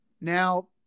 Now